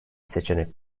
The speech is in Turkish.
seçenek